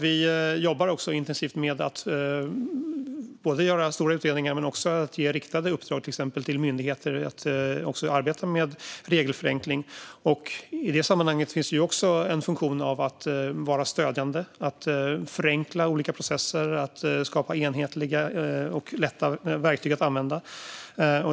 Vi jobbar också intensivt med att göra stora utredningar och att ge riktade uppdrag till myndigheter att arbeta med regelförenkling. I det sammanhanget finns en funktion av att vara stödjande, att förenkla olika processer och att skapa enhetliga och lätta verktyg att använda.